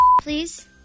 please